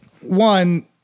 One